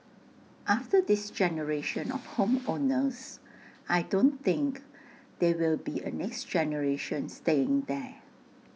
after this generation of home owners I don't think there will be A next generation staying there